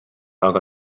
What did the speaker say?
aga